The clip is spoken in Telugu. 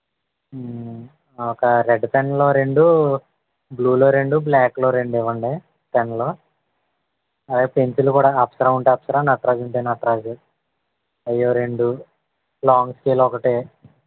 ఒక రెడ్ పెన్లో రెండు బ్లూలో రెండు బ్లాక్లో రెండు ఇవ్వండి పెన్నులు అదే పెన్సిలు కూడా అప్సరా ఉంటే అప్సరా నట్రాజ్ ఉంటే నట్రాజు అవి ఒక రెండు లాంగ్ స్కేలు ఒకటి